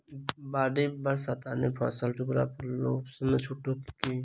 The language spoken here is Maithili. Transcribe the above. बाढ़ि बरसातमे फसल डुबला पर लोनमे छुटो अछि की